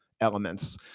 elements